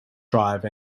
drive